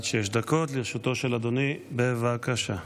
עד שש דקות לרשותו של אדוני, בבקשה.